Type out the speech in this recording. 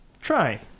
try